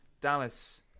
Dallas